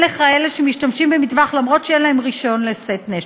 לכאלה שמשתמשים במטווח למרות שאין להם רישיון לשאת נשק.